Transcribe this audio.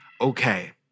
okay